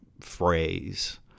phrase